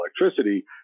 electricity